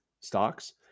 stocks